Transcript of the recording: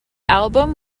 album